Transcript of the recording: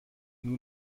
nur